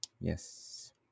Yes